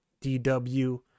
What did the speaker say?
DW